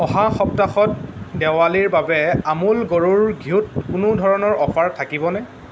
অহা সপ্তাহত দেৱালীৰ বাবে আমূল গৰুৰ ঘিউত কোনো ধৰণৰ অফাৰ থাকিব নে